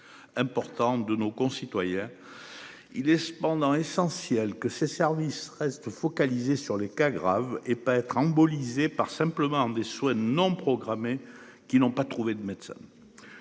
Importante de nos concitoyens. Il est cependant essentiel que ses services reste focalisé sur les cas graves et pas être symbolisée par simplement des soins non programmés, qui n'ont pas trouvé de médecins.